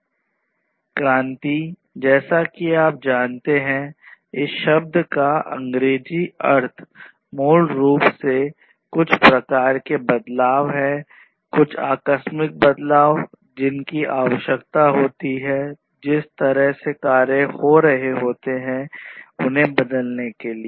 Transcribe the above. क्रांति जैसा कि आप जानते हैं इस शब्द का अंग्रेजी अर्थ मूल रूप से कुछ प्रकार का बदलाव है कुछ आकस्मिक बदलाव जिनकी आवश्यकता होती है जिस तरह से कार्य हो रहे होते हैं उन्हें बदलने के लिए